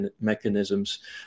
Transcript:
mechanisms